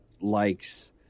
likes